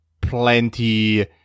plenty